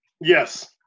Yes